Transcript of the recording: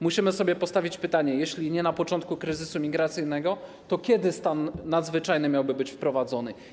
Musimy sobie postawić pytanie: Jeśli nie na początku kryzysu migracyjnego, to kiedy stan nadzwyczajny miałby być wprowadzony?